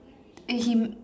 uh he